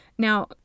Now